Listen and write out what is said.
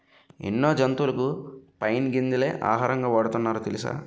ఎన్నో జంతువులకు పైన్ గింజలే ఆహారంగా వాడుతున్నారు తెలుసా?